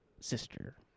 Sister